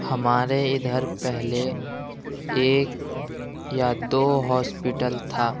ہمارے ادھر پہلے ایک یا دو ہاسپیٹل تھا